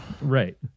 Right